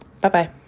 Bye-bye